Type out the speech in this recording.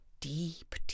Deep